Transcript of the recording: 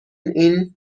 این